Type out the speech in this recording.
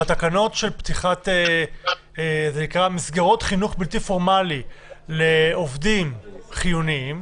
בתקנות של פתיחת מסגרות חינוך בלתי פורמליות לעובדים חיוניים